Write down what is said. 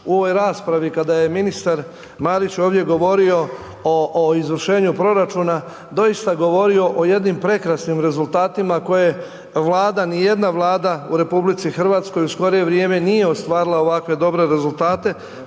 u ovoj raspravi kada je ministar Marić ovdje govorio o izvršenju proračuna doista govorio o jednim prekrasnim rezultatima koje Vlada, ni jedna Vlada u RH u skorije vrijeme nije ostvarila ovakve dobre rezultate,